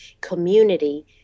community